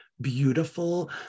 beautiful